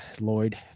Lloyd